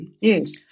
Yes